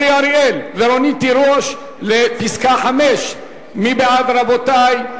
אורי אריאל ורונית תירוש לפסקה (5) מי בעד, רבותי?